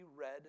red